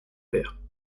père